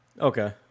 Okay